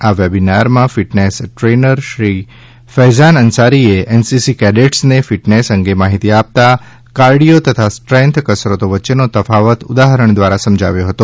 આ વેબીનારમાં fitness trainer Shri Faizan અન્સારીએ એનસીસી કેડેટ્સને ફીટનેસ અંગે માહિતી આપતા કાર્ડીયો તથા સ્ટ્રેન્થ કસરતો વચ્ચેનો તફાવત ઉદાહરણ દ્વારા સમજાવ્યો હતો